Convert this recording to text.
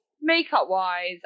Makeup-wise